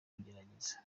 magereza